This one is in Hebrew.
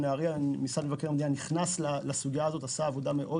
נהריה משרד מבקר המדינה נכנס לסוגיה הזו ועשה עבודה מאוד